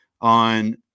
on